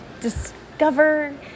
discover